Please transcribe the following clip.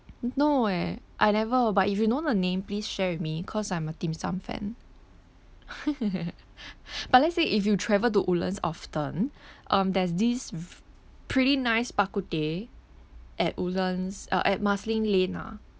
no eh I never but if you know the name please share with me cause I'm a dim sum fan but let's say if you travel to woodlands often um there's this v~ pretty nice bak kut teh at woodlands uh at marsiling lane ah